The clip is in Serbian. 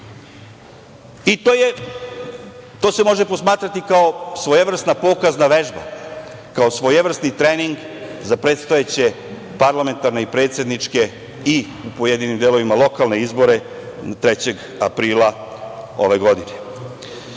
se može posmatrati kao svojevrsna pokazna vežba, kao svojevrsni trening za predstojeće parlamentarne i predsedničke i u pojedinim delovima lokalne izbore 3. aprila ove godine.